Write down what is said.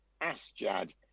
Asjad